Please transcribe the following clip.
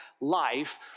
life